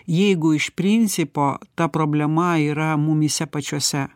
jeigu iš principo ta problema yra mumyse pačiuose